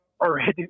already